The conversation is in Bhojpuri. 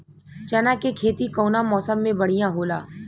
चना के खेती कउना मौसम मे बढ़ियां होला?